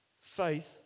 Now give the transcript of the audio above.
faith